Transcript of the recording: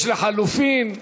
יש לחלופין.